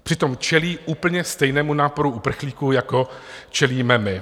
Přitom čelí úplně stejnému náporu uprchlíků, jako čelíme my.